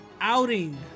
outing